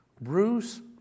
Bruce